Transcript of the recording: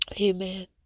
Amen